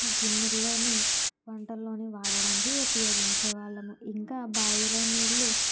గిన్నెలోని వంటల్లోని వాడడానికి ఉపయోగించే వాళ్ళము ఇంకా బావిలో నీళ్ళు